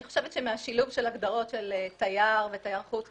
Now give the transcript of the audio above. חושבת שמהשילוב של הגדרות "תייר" ו"תייר חוץ"